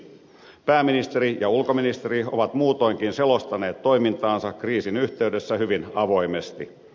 pääministeri ja ulkoministeri ovat muutoinkin selostaneet toimintaansa kriisin yhteydessä hyvin avoimesti